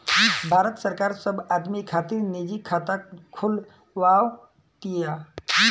भारत सरकार सब आदमी खातिर निजी खाता खोलवाव तिया